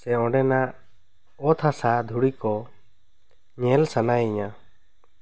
ᱥᱮ ᱚᱸᱰᱮᱱᱟᱜ ᱚᱛ ᱦᱟᱥᱟ ᱫᱷᱩᱲᱤ ᱠᱚ ᱧᱮᱞ ᱥᱟᱱᱟᱭᱤᱧᱟᱹ